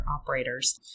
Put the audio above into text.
operators